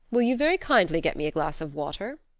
will you very kindly get me a glass of water?